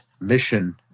mission